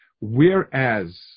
whereas